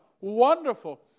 Wonderful